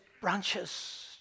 branches